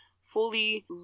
fully